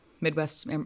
Midwest